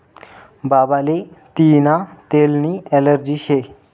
बाबाले तियीना तेलनी ॲलर्जी शे